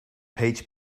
peach